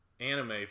anime